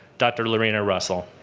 dr. lorena russell.